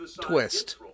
twist